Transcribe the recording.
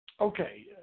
Okay